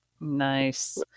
Nice